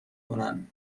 کنن